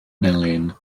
melin